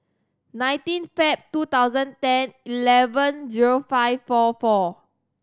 nineteen Feb two thousand ten eleven zero five four four